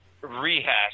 rehash